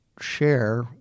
share